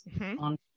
on